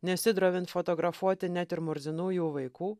nesidrovint fotografuoti net ir murzinų jau vaikų